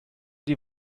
die